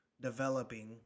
developing